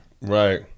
right